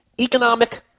economic